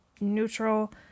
neutral